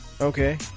okay